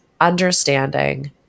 understanding